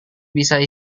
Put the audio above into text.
bisa